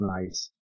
nice